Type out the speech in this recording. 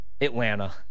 Atlanta